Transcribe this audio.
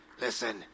listen